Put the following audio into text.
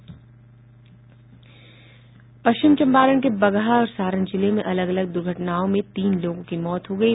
पश्चिमी चंपारण के बगहा और सारण जिले में अलग अलग दुर्घटनाओं में तीन लोगों की मौत हो गयी